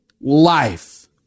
life